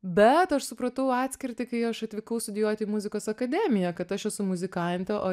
bet aš supratau atskirtį kai aš atvykau studijuoti į muzikos akademiją kad aš esu muzikantė o